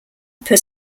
per